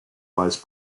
vice